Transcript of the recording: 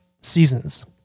seasons